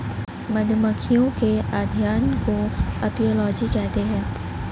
मधुमक्खियों के अध्ययन को अपियोलोजी कहते हैं